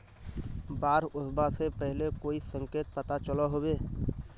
बाढ़ ओसबा से पहले कोई संकेत पता चलो होबे?